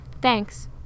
Thanks